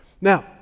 Now